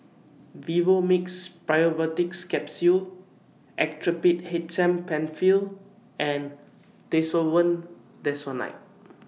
Vivomixx Probiotics Capsule Actrapid H M PenFill and Desowen Desonide